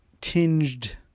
tinged